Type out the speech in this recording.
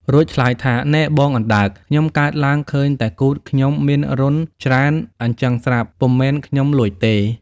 រួចឆ្លើយថា៖ "នែបងអណ្ដើក! ខ្ញុំកើតឡើងឃើញតែគូទខ្ញុំមានរន្ធច្រើនអីចឹងស្រាប់ ពុំមែនខ្ញុំលួចទេ!"។